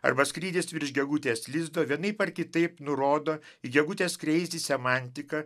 arba skrydis virš gegutės lizdo vienaip ar kitaip nurodo į gegutės kreizi semantiką